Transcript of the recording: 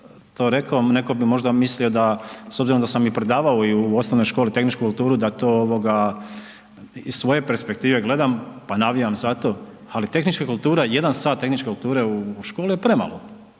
to rekao, netko bi možda mislio da s obzirom da sam i predavao i u osnovnoj školi tehničku kulturu da to ovoga iz svoje perspektive gledam, pa navijam za to, ali tehnička kultura, jedan sat tehničke kulture u školi je premalo